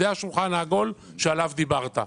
זה השולחן העגול שעליו דיברת.